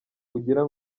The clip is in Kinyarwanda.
ujya